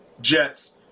Jets